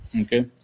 Okay